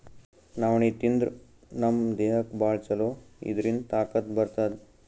ನವಣಿ ತಿಂದ್ರ್ ನಮ್ ದೇಹಕ್ಕ್ ಭಾಳ್ ಛಲೋ ಇದ್ರಿಂದ್ ತಾಕತ್ ಬರ್ತದ್